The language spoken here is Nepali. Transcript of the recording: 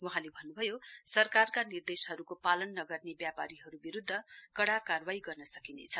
वहाँले भन्नुभयो सरकारका निर्देशहरूको पालन नगर्ने व्यापारीहरू विरूद्ध कड़ा कार्रवाई गर्न सकिनेछ